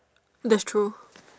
that's true